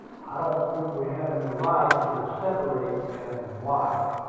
i don't think we have any right to separate man and wife.